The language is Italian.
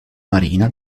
marina